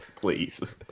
please